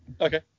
Okay